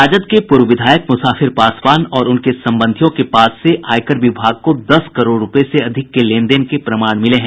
राजद के पूर्व विधायक मुसाफिर पासवान और उनके संबंधियों के पास से आयकर विभाग को दस करोड़ रूपये से अधिक के लेन देन के प्रमाण मिले हैं